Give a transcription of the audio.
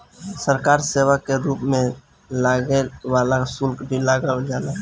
सरकार सेवा कर के रूप में लागे वाला शुल्क भी लगावल जाला